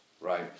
right